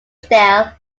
stele